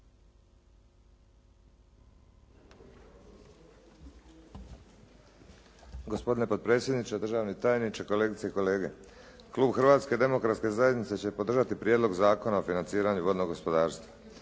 Hrvatske demokratske zajednice će podržati prijedlog Zakona o financiranju vodnog gospodarstva.